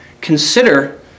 Consider